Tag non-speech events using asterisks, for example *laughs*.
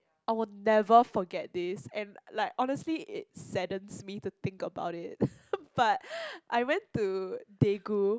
I will never forget this and like honestly it saddens me to think about it *laughs* but I went to Daegu